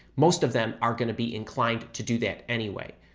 most of them are going to be inclined to do that anyway,